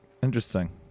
Interesting